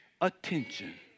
attention